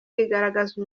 igaragaza